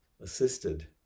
assisted